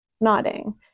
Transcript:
nodding